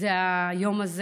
היא היום הזה